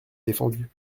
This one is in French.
défendu